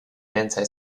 anti